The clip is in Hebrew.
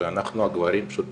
פרופסור ליטל רינן בוקר,